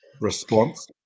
response